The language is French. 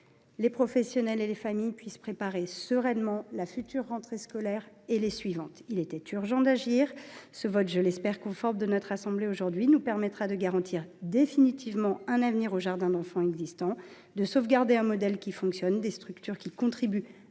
professionnels et familles puissent préparer sereinement la prochaine rentrée scolaire et les suivantes. Il était urgent d’agir. Le vote, que j’espère conforme, de notre assemblée sur ce texte nous permettra de garantir définitivement un avenir aux jardins d’enfants existants, de sauvegarder un modèle qui fonctionne et des structures qui contribuent